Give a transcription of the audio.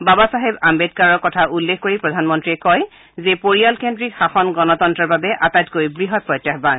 বাবা চাহেব আম্বেদকাৰৰ কথা উল্লেখ কৰি প্ৰধানমন্ত্ৰীয়ে কয় যে পৰিয়াল কেন্দ্ৰিক শাসন গণতন্তৰৰ বাবে আটাইতকৈ বৃহৎ প্ৰত্যায়ান